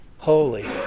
holy